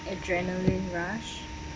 adrenalin rush